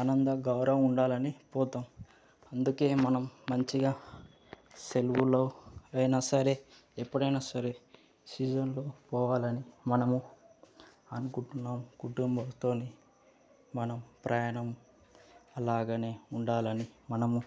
ఆనందం గౌరవం ఉండాలని పోతాం అందుకే మనం మంచిగా సెలవులలో అయిన సరే ఎప్పుడైనా సరే సీజన్లో పోవాలని మనము అనుకుంటున్నాం కుటుంబంతోమనం ప్రయాణం అలాగే ఉండాలని మనము